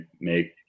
make